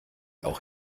auch